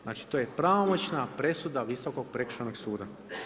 Znači to je pravomoćna presuda visokog prekršajnog suda.